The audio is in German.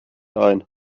ein